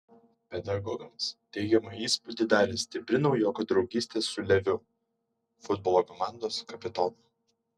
pedagogams teigiamą įspūdį darė stipri naujoko draugystė su leviu futbolo komandos kapitonu